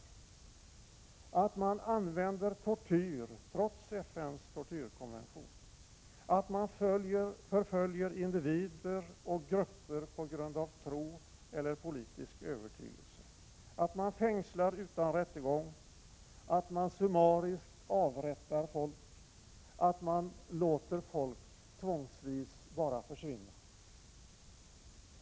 Vi tvingas konstatera att man använder tortyr, trots FN:s tortyrkonvention, att man förföljer individer och grupper på grund av tro eller politisk övertygelse, att man fängslar utan rättegång, att man summariskt avrättar människor och att man låter människor tvångsvis bara försvinna.